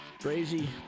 crazy